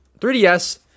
3DS